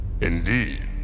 Indeed